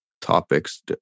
topics